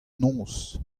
noz